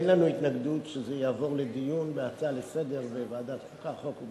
אין לנו התנגדות שזה יעבור לדיון בהצעה לסדר-היום בוועדת החוקה,